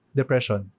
depression